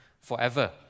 Forever